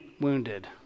wounded